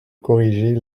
corriger